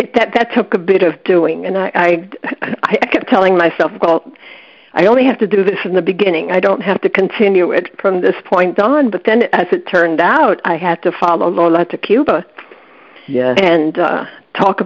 it that that took a bit of doing and i i kept telling myself well i only have to do this in the beginning i don't have to continue it from this point on but then as it turned out i had to follow a lot to cuba and talk